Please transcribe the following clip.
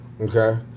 okay